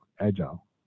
agile